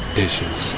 dishes